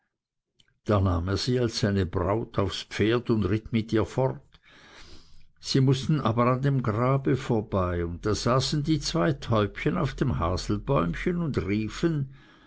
nahm er sie als seine braut aufs pferd und ritt mit ihr fort sie mußten aber an dem grabe vorbei da saßen die zwei täubchen auf dem haselbäumchen und riefen